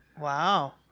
Wow